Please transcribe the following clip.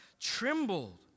trembled